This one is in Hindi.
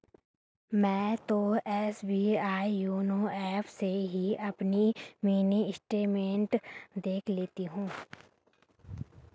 मैं तो एस.बी.आई योनो एप से ही अपनी मिनी स्टेटमेंट देख लेती हूँ